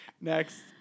Next